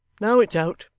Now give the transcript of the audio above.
now it's out